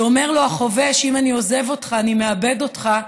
כשאומר לו החובש: אם אני עוזב אותך אני מאבד אותך,